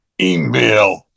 email